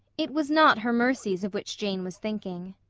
it was not her mercies of which jane was thinking.